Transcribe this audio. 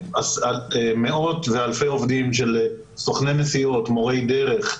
מאות ואלפי עובדים של סוכני נסיעות, מורי דרך,